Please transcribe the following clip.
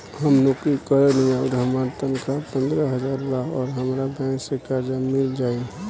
हम नौकरी करेनी आउर हमार तनख़ाह पंद्रह हज़ार बा और हमरा बैंक से कर्जा मिल जायी?